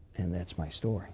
and that's my story.